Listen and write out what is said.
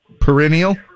Perennial